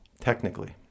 technically